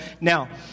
Now